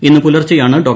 ഇന്ന് പുലർച്ചെയാണ് ഡോ